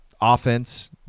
offense